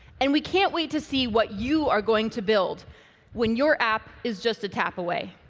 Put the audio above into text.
and we can't wait to see what you are going to build when your app is just a tap away.